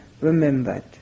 remembered